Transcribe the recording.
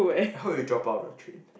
hope you drop out the trip